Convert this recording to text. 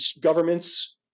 governments